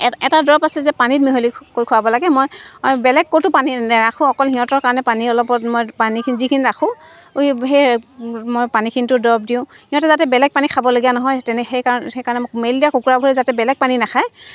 এ এটা দৰৱ আছে যে পানীত মিহলি কৰি খুৱাব লাগে মই বেলেগ ক'তো পানী নেৰাখোঁ অকল সিহঁতৰ কাৰণে পানী অলপত মই পানীখিনি যিখিনি ৰাখোঁ উই সেই মই পানীখিনিতো দৰৱ দিওঁ সিহঁতে যাতে বেলেগ পানী খাবলগীয়া নহয় তেনে সেইকাৰণে সেইকাৰণে মেল দিয়া কুকুৰাবোৰে যাতে বেলেগ পানী নাখায়